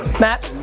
matt?